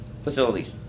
facilities